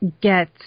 get